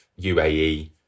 UAE